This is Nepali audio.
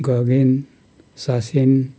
गगेन ससेन